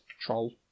Troll